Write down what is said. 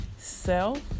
self